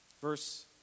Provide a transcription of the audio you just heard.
Verse